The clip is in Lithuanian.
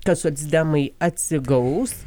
kad socdemai atsigaus